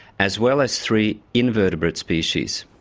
as well as three invertebrate species.